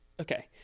okay